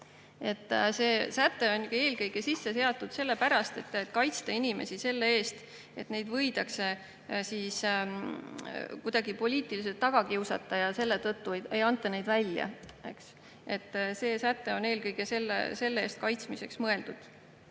See säte on eelkõige sisse seatud sellepärast, et kaitsta inimesi selle eest, et neid võidakse kuidagi poliitiliselt taga kiusata, ja selle tõttu ei anta neid välja. See säte on eelkõige selle eest kaitsmiseks mõeldud.